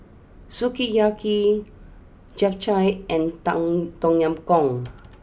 Sukiyaki Japchae and Tom Tong Yam Goong